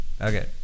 Okay